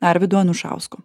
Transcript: arvydu anušausku